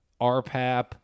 RPAP